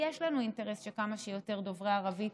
יש לנו אינטרס שכמה שיותר דוברי ערבית